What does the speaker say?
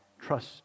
trust